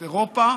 אירופה,